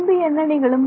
பின்பு என்ன நிகழும்